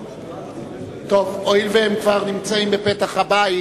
טוב, הואיל והם נמצאים בפתח הבית,